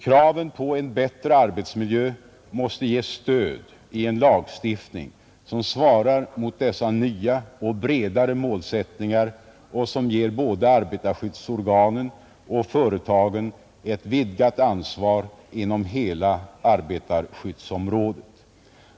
Kraven på en bättre arbetsmiljö måste ges stöd i en lagstiftning som svarar mot dessa nya och bredare målsättningar och som ger både arbetarskyddsorganen och företagen ett vidgat ansvar inom hela arbetarskyddsområdet.